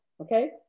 Okay